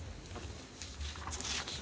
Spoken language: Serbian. Hvala.